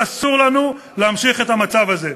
ואסור לנו להמשיך את המצב הזה.